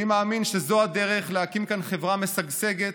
אני מאמין שזו הדרך להקים כאן חברה משגשגת,